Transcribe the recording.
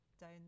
down